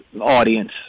audience